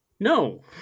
No